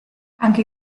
anche